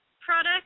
product